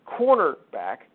cornerback